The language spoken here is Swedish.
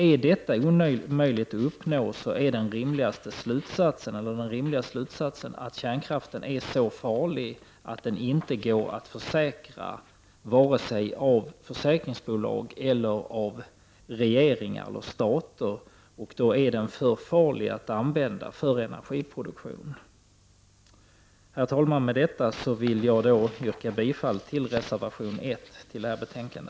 Om detta är omöjligt att uppnå är den rimliga slutsatsen att kärnkraften är så farlig att den inte går att försäkra vare sig av försäkringsbolag eller av regeringar och stater, och då är den för farlig att använda för energiproduktion. Herr talman! Med det anförda yrkar jag bifall till reservation 1 som är fogad till detta betänkande.